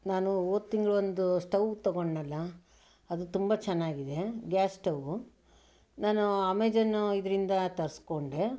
ನಾನು ಹೋದ ತಿಂಗಳು ಒಂದು ಸ್ಟೌವ್ ತಗೊಂಡ್ನಲ್ಲ ಅದು ತುಂಬ ಚೆನ್ನಾಗಿದೆ ಗ್ಯಾಸ್ ಸ್ಟೌವು ನಾನು ಅಮೆಜಾನು ಇದರಿಂದ ತರಿಸಿಕೊಂಡೆ